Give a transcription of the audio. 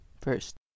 first